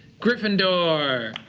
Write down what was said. gryffindor.